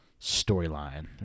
storyline